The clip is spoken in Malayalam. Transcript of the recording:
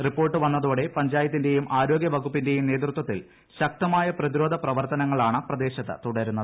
റിപ്പോർട്ട് വന്നതോടെ പഞ്ചായത്തിന്റെയും ആരോഗ്യ വകുപ്പിന്റേയും നേതൃത്വത്തിൽ ശക്തമായ പ്രത്യിരോധ്യ പ്രവർത്തനങ്ങളാണ് പ്രദേശത്ത് തുടരുന്നത്